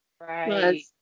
Right